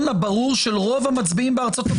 הברור של רוב המצביעים בארצות הברית.